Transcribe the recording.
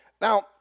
Now